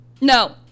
No